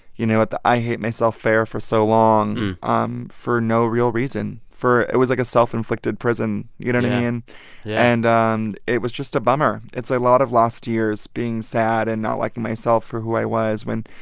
you know, at the i hate myself fair for so long um for no real reason for it was like a self-inflicted prison, you know what i mean? yeah and um it was just a bummer. it's a lot of lost years being sad and not liking myself for who i was when,